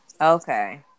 Okay